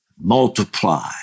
multiply